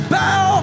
bow